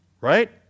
right